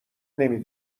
نمی